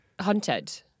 Hunted